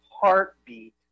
heartbeat